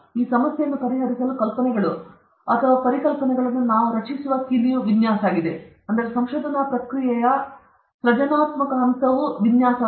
ಈ ಸಮಸ್ಯೆಯನ್ನು ಪರಿಹರಿಸಲು ಕಲ್ಪನೆಗಳು ಮತ್ತು ಪರಿಕಲ್ಪನೆಗಳನ್ನು ನಾವು ರಚಿಸುವ ಕೀಲಿಯು ವಿನ್ಯಾಸ ಅಥವಾ ಸಂಶೋಧನಾ ಪ್ರಕ್ರಿಯೆಯ ಸೃಜನಾತ್ಮಕ ಹಂತವಾಗಿದೆ